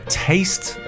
taste